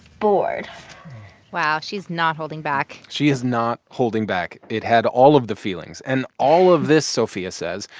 bored wow. she's not holding back she is not holding back. it had all of the feelings. and all of this, sophia says,